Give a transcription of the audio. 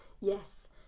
Yes